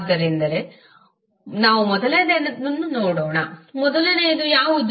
ಆದ್ದರಿಂದ ನಾವು ಮೊದಲನೆಯದನ್ನು ನೋಡೋಣ ಮೊದಲನೆಯದು ಯಾವುದು